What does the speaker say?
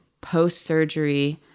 post-surgery